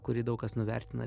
kurį daug kas nuvertina